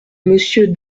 monsieur